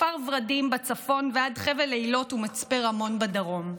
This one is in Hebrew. וכפר ורדים בצפון ועד חבל אילות ומצפה רמון בדרום.